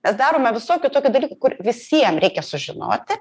mes darome visokių tokių dalykų kur visiem reikia sužinoti